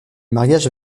mariage